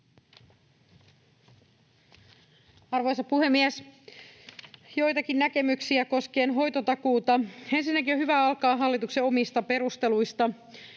Arvoisa puhemies! Joitakin näkemyksiä koskien hoitotakuuta. Ensinnäkin on hyvä alkaa hallituksen omista perusteluista.